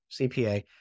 CPA